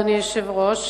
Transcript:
אדוני היושב-ראש,